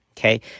Okay